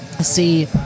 See